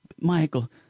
Michael